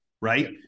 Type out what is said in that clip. right